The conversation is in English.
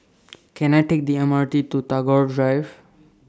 Can I Take The M R T to Tagore Drive